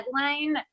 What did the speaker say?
headline